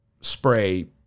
spray